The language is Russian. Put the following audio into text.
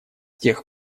тех